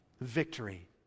victory